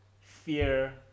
fear